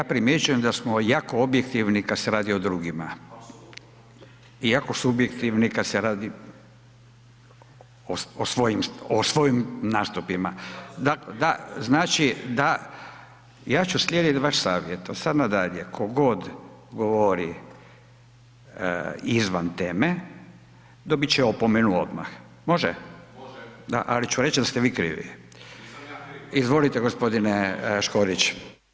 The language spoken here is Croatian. Ja primjećujem da smo jako objektivni kada se radi o drugima i jako subjektivni kada se radi o svojim nastupima. ... [[Upadica se ne čuje.]] Dakle, da, znači, da, ja ću slijediti vaš savjet, od sad nadalje tko god govori izvan teme dobiti će opomenu odmah može? [[Upadica: Može.]] Da, ali ću reći da ste vi krivi. … [[Upadica se ne čuje.]] Izvolite gospodine Škvorić.